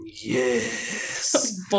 Yes